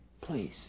Please